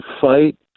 fight